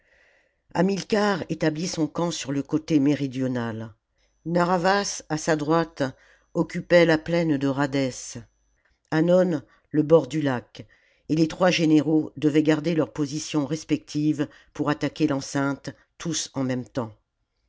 hamilcar étabht son camp sur le côté méridional narr'havas à sa droite occupait la plaine de rhadès hannon le bord du lac et les trois généraux devaient garder leur position respective pour attaquer l'enceinte tous en même temps